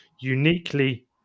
uniquely